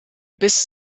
bis